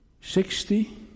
Sixty